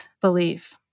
belief